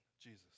Jesus